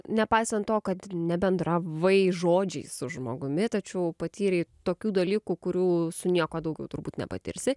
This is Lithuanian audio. nepaisant to kad nebendravai žodžiais su žmogumi tačiau patyrei tokių dalykų kurių su niekuo daugiau turbūt nepatirsi